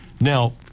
Now